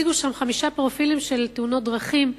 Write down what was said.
שהציג שם חמישה פרופילים של תאונות דרכים,